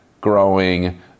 growing